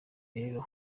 rero